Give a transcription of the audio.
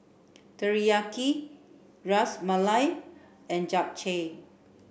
Teriyaki Ras Malai and Japchae